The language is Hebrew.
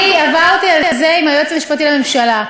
אני עברתי על זה עם היועץ המשפטי לממשלה.